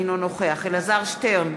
אינו נוכח אלעזר שטרן,